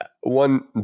One